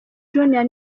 junior